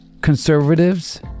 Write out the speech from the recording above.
Conservatives